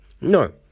No